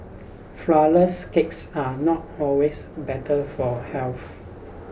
flourless cakes are not always better for health